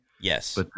Yes